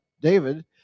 David